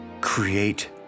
Create